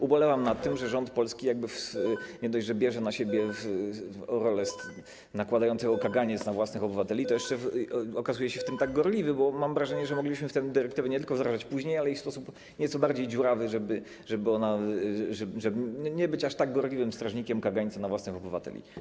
Ubolewam nad tym, że rząd polski nie dość, że bierze na siebie rolę nakładającego kaganiec na własnych obywateli, to jeszcze okazuje się w tym tak gorliwy, bo mam wrażenie, że moglibyśmy tę dyrektywę nie tylko wdrażać później, ale i w sposób nieco bardziej dziurawy, żeby nie być aż tak gorliwym strażnikiem kagańca nakładanego na własnych obywateli.